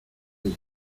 ella